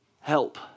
Help